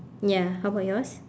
ya how about yours